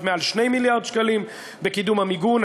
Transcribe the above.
מעל 2 מיליארד שקלים בקידום המיגון,